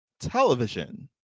television